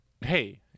hey